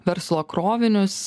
verslo krovinius